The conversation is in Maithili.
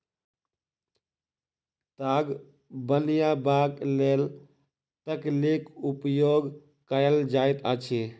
ताग बनयबाक लेल तकलीक उपयोग कयल जाइत अछि